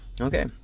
Okay